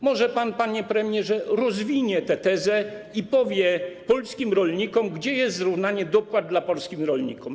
Może pan, panie premierze, rozwinie tę tezę i powie polskim rolnikom, gdzie jest zrównanie dopłat dla polskich rolników.